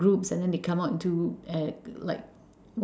groups and then they come out into uh like